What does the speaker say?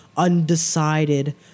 undecided